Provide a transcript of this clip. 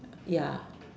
ya